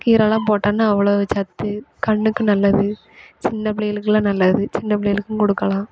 கீரெல்லாம் போட்டோன்னா அவ்வளோ சத்து கண்ணுக்கு நல்லது சின்னப் பிள்ளைளுக்கு எல்லாம் நல்லது சின்ன பிள்ளைளுக்கும் கொடுக்கலாம்